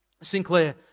Sinclair